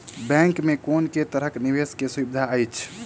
Bank मे कुन केँ तरहक निवेश कऽ सुविधा अछि?